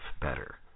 better